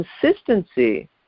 consistency